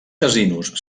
casinos